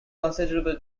considerable